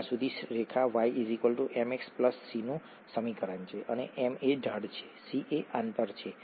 ત્યાં સીધી રેખા y mx c નું સમીકરણ છે અને m એ ઢાળ છે c એ આંતરછે